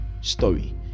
story